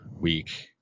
week